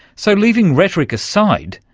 so, leaving rhetoric aside,